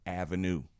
avenue